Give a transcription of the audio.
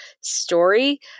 story